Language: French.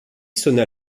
sonna